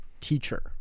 teacher